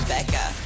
Becca